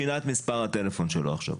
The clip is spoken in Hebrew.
מספר הטלפון שלו.